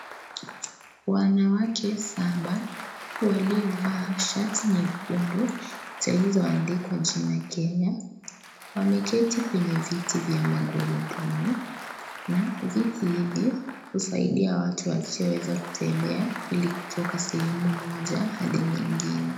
Wanawake saba walio vaa shati nyekundu zilizo andikwa jina Kenya wameketi kwenye viti vya magurudumu na viti hivi husaidia watu wasio weza kutembea ili kutoka sehemu moja Hadi nyingine.